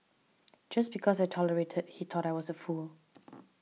just because I tolerated he thought I was a fool